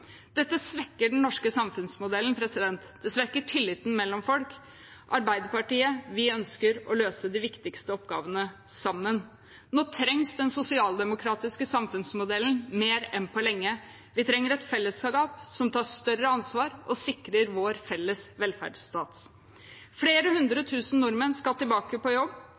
Dette svekker den norske samfunnsmodellen. Det svekker tilliten mellom folk. Arbeiderpartiet ønsker å løse de viktigste oppgavene sammen. Nå trengs den sosialdemokratiske samfunnsmodellen mer enn på lenge. Vi trenger et fellesskap som tar større ansvar og sikrer vår felles velferdsstat. Flere hundre tusen nordmenn skal tilbake på jobb.